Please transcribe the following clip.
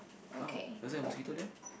!ouch! was there a mosquito there